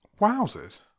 wowzers